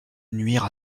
nuire